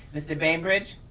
mr. bainbridge?